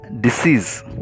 disease